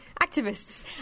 activists